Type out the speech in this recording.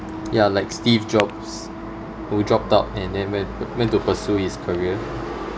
ya like steve jobs who dropped out and then went went to pursue his career